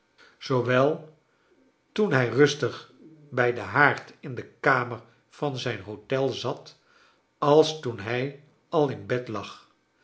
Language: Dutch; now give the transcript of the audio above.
zoowel toen hij rustig bij den haard in de kamer van zijn hotel zat als toen hij al in bed lag